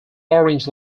orange